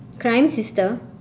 crime sister